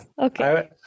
okay